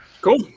cool